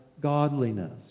godliness